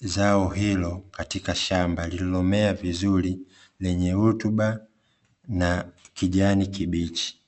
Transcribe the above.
zao hilo katika shamba lililomea vizuri lenye rutuba na kijani kibichi.